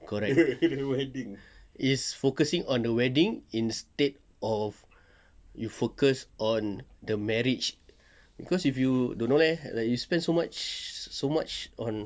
correct is focusing on the wedding instead of you focus on the marriage cause if you don't know leh like you spend so much so much on